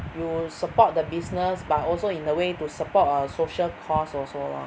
you support the business but also in a way to support a social cause also lor